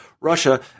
Russia